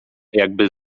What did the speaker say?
jakby